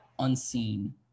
unseen